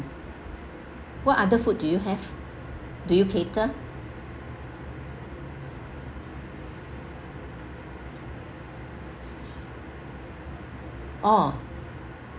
what other food do you have do you cater orh